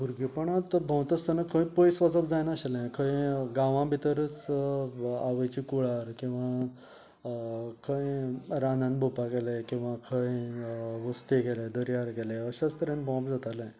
भुरगेपणांत भोंवतासताना खंय पयस वचप जायनाशिल्लें खंय गांवा भितरच आवयचें कुळार किंवा खंय रानांत भोंवपा गेले किंवा खंय वस्तें गेलें दर्यार गेले अशेंच तरेन भोंवप जातालें